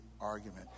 argument